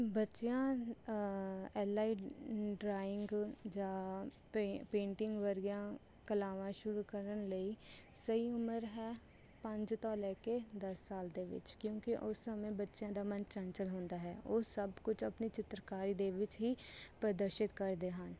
ਬੱਚਿਆਂ L I drawing ਜਾਂ painting ਵਰਗੀਆਂ ਕਲਾਵਾਂ ਸ਼ੁਰੂ ਕਰਨ ਲਈ ਸਹੀ ਉਮਰ ਹੈ ਪੰਜ ਤੋਂ ਲੈ ਕੇ ਦਸ ਸਾਲ ਦੇ ਵਿੱਚ ਕਿਉਂਕਿ ਉਸ ਸਮੇਂ ਬੱਚਿਆਂ ਦਾ ਮਨ ਚੰਚਲ ਹੁੰਦਾ ਹੈ ਉਹ ਸਭ ਕੁਝ ਆਪਣੀ ਚਿੱਤਰਕਾਰੀ ਦੇ ਵਿੱਚ ਹੀ ਪ੍ਰਦਰਸ਼ਿਤ ਕਰਦੇ ਹਨ